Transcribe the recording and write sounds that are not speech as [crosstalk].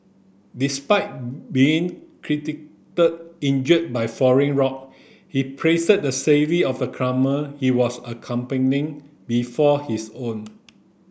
despite being [unintelligible] injured by falling rock he placed the [unintelligible] of the climber he was accompanying before his own